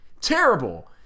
terrible